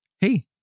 hey